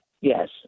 yes